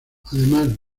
además